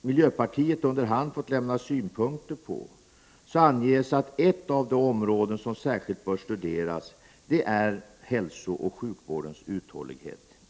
miljöpartiet under hand fått lämna synpunkter på anges det att ett av de områden som särskilt bör studeras är hälsooch sjukvårdens uthållighet i krig.